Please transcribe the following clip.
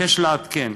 אבקש לעדכן